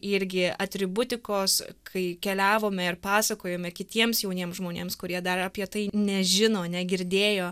irgi atributikos kai keliavome ir pasakojome kitiems jauniem žmonėms kurie dar apie tai nežino negirdėjo